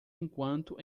enquanto